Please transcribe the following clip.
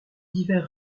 divers